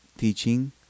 teaching